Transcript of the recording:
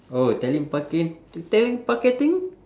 oh telemarket~ telemarketing